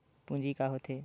पूंजी का होथे?